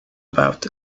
about